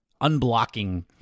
unblocking